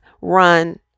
run